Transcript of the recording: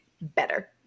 better